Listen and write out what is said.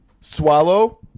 Swallow